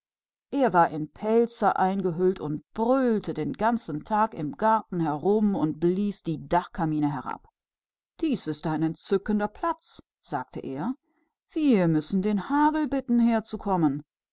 er war in pelze ganz eingehüllt und brüllte den ganzen tag durch den garten und blies die schornsteine herunter das ist ein ganz herrlicher platz sagte er wir müssen den hagel